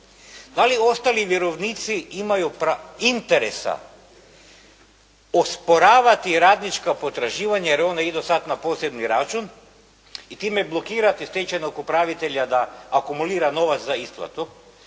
Da li ostali vjerovnici imaju interesa osporavati radnička potraživanja, jer ona idu sada na posljednji račun i time blokirati stečajnog upravitelja da akumulira novac za isplatu,